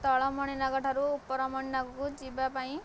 ତଳ ମଣିନାଗ ଠାରୁ ଉପର ମଣିନାଗକୁ ଯିବା ପାଇଁ